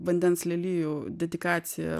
vandens lelijų dedikacija